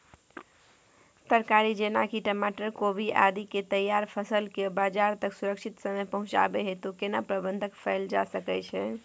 तरकारी जेना की टमाटर, कोबी आदि के तैयार फसल के बाजार तक सुरक्षित समय पहुँचाबै हेतु केना प्रबंधन कैल जा सकै छै?